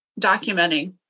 documenting